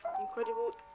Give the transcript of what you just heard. incredible